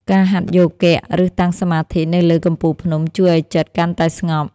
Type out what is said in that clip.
ការហាត់យោគៈ ឬតាំងសមាធិនៅលើកំពូលភ្នំជួយឱ្យចិត្តកាន់តែស្ងប់។